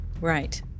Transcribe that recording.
Right